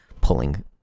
pulling